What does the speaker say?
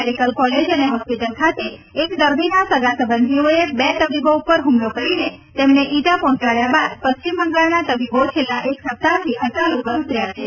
medical college અને hospital ખાતે એક દર્દીના સગા સંબંધીઓએ બે તબીબો પર હુમલો કરીને તેમને ઈજા પહોંચાડ્યા બાદ પશ્ચિમ બંગાળના તબીબો છેલ્લા એક સપ્તાહથી હડતાળ ઉપર ઉતર્યા છે